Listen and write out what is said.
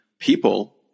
people